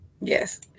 Yes